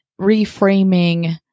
reframing